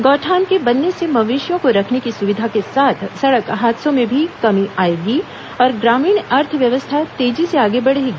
गौठान के बनने से मवेशियों को रखने की सुविधा के साथ सड़क हादसों में भी कमी आएगी और ग्रामीण अर्थव्यवस्था तेजी से आगे बढ़ेगी